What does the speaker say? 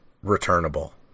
returnable